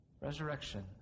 resurrection